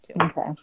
Okay